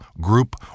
group